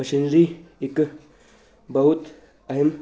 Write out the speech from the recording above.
machinery ਇੱਕ ਬਹੁਤ ਅਹਿਮ